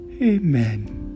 Amen